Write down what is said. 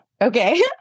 Okay